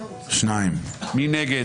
מי נגד?